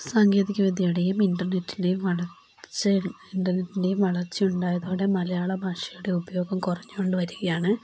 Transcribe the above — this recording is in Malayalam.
സാങ്കേതിക വിദ്യയുടെയും ഇൻ്റർനെറ്റിൻ്റെയും വളർച്ച ഇൻ്റർനെറ്റിൻ്റെയും വളർച്ച ഉണ്ടായതോടെ മലയാള ഭാഷയുടെ ഉപയോഗം കുറഞ്ഞുകൊണ്ട് വരികയാണ്